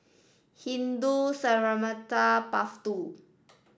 Hindu Cemetery Path Two